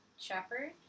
Shepherd